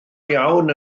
iawn